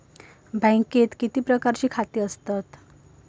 बँकेत किती प्रकारची खाती असतत?